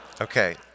Okay